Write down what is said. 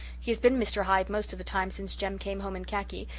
he has been mr. hyde most of the time since jem came home in khaki,